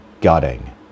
gutting